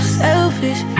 selfish